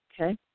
Okay